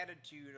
attitude